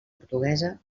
portuguesa